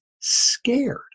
scared